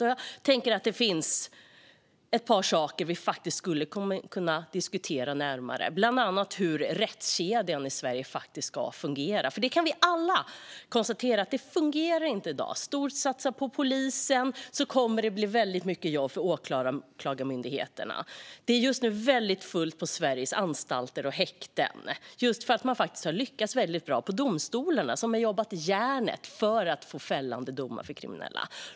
Jag tänker att det finns ett par saker vi skulle kunna diskutera närmare, bland annat hur rättskedjan i Sverige ska fungera. Vi kan alla konstatera att den inte fungerar i dag. Storsatsar man på polisen kommer det att bli väldigt mycket jobb för åklagarmyndigheterna. Det är just nu väldigt fullt på Sveriges anstalter och häkten, just för att man har lyckats bra i domstolarna, som har jobbat järnet för att få fällande domar för kriminella.